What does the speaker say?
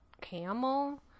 camel